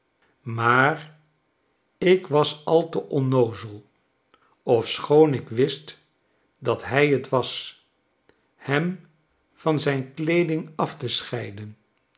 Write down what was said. maar ik was al te onnoozel ofschoon ik wist dat hij het was hem van zijn kleeding af te scheiden